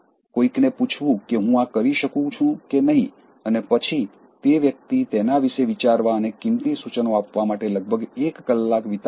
કોઈકને પૂછવું કે હું આ કરી શકું છું કે નહીં અને પછી તે વ્યક્તિ તેના વિશે વિચારવા અને કિંમતી સૂચનો આપવા માટે લગભગ એક કલાક વિતાવે છે